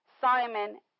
Simon